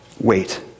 wait